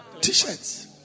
t-shirts